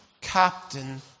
captain